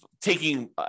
taking